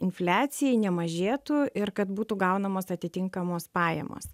infliacijai nemažėtų ir kad būtų gaunamos atitinkamos pajamos